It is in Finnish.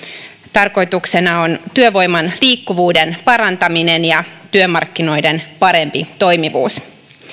tarkoituksena on työvoiman liikkuvuuden parantaminen ja työmarkkinoiden parempi toimivuus